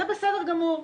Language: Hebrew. זה בסדר גמור,